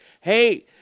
Hey